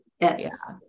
Yes